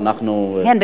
נא לסכם.